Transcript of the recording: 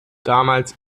damals